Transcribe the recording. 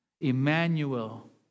Emmanuel